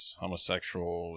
homosexual